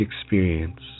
experience